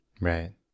Right